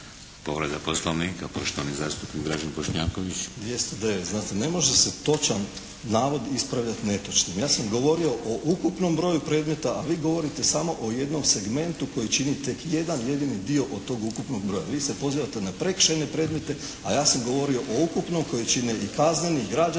Povreda Poslovnika, poštovani zastupnik Dražen Bošnjaković.